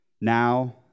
Now